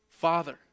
Father